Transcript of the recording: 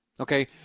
Okay